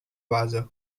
base